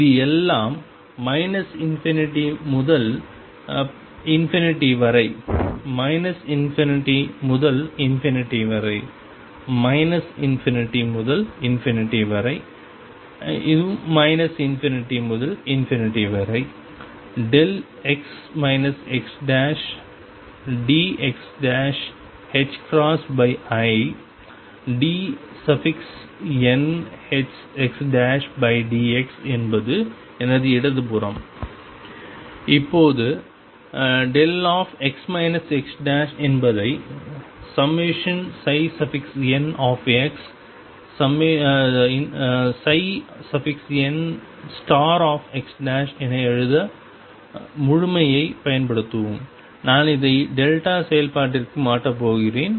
இது எல்லாம் ∞ முதல் வரை ∞ முதல் வரை ∞ முதல் வரை ∞ முதல் வரை x xdxidnxdx என்பது எனது இடது புறம் இப்போது δx x என்பதை ∑nxnx என எழுத முழுமையைப் பயன்படுத்தவும் நான் இதை டெல்டா செயல்பாட்டிற்கு மாற்றப் போகிறேன்